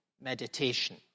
meditation